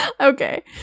Okay